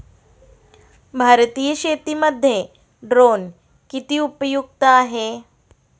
भारतीय शेतीमध्ये ड्रोन किती उपयुक्त आहेत?